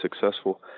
successful